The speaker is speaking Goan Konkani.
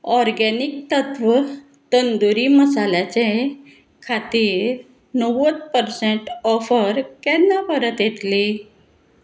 ऑर्गेनीक तत्व तंदुरी मसाल्याचे खातीर णव्वद पर्संट ऑफर केन्ना परत येतली